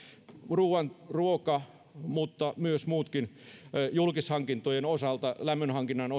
ruuan mutta myös muiden julkishankintojen osalta lämmönhankinnan